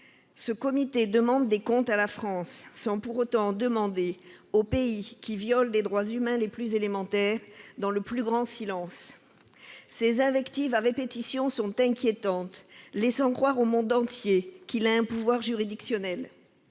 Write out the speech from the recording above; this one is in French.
ce comité demande des comptes à la France, sans pour autant en demander aux pays qui violent des droits humains les plus élémentaires dans le plus grand silence. Ses invectives à répétition sont inquiétantes, laissant croire au monde entier qu'il a un pouvoir juridictionnel.